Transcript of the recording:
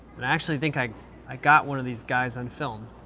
and, i actually think i i got one of these guys on film.